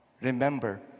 Remember